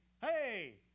Hey